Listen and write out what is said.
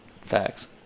facts